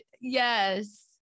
yes